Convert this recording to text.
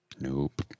nope